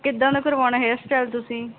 ਕਿੱਦਾਂ ਦਾ ਕਰਵਾਉਣਾ ਹੇਅਰ ਸਟਾਈਲ ਤੁਸੀਂ